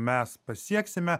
mes pasieksime